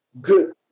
good